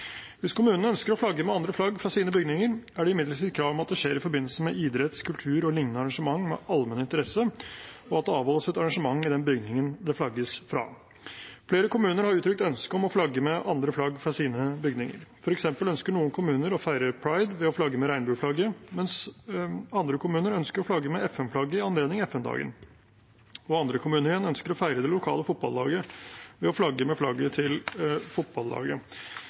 Hvis kommunene ønsker å flagge med andre flagg fra sine bygninger, er det imidlertid krav om at det skjer i forbindelse med idretts-, kultur- og lignende arrangementer med allmenn interesse, og at det avholdes et arrangement i den bygningen det flagges fra. Flere kommuner har uttrykt ønske om å flagge med andre flagg fra sine bygninger. For eksempel ønsker noen kommuner å feire pride ved å flagge med regnbueflagget, mens andre kommuner ønsker å flagge med FN-flagget i anledning FN-dagen. Andre kommuner igjen ønsker å feire det lokale fotballaget ved å flagge med deres flagg. Regjeringen foreslår at kommunene skal gis mulighet til